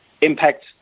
impact